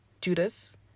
Judas